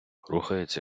рухається